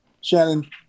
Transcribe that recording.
Shannon